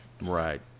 Right